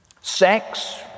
sex